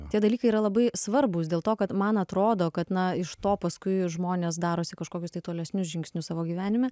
tie dalykai yra labai svarbūs dėl to kad man atrodo kad na iš to paskui žmonės darosi kažkokius tai tolesnius žingsnius savo gyvenime